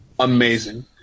Amazing